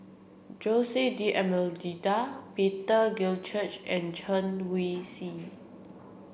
Jose D'almeida Peter Gilchrist and Chen Wen Csi